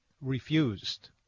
refused